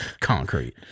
concrete